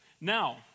Now